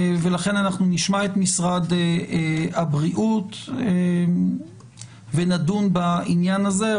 ולכן אנחנו נשמע את משרד הבריאות ונדון בעניין הזה.